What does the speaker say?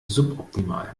suboptimal